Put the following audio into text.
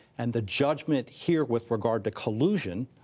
and the judgment here with regard to collusion,